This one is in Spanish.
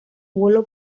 bolo